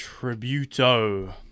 Tributo